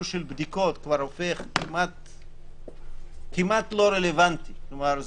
בדיקות כבר הופך כמעט לא רלוונטי כלומר,